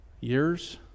Years